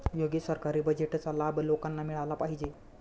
योग्य सरकारी बजेटचा लाभ लोकांना मिळाला पाहिजे